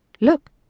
Look